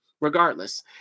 Regardless